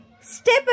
Step